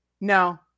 No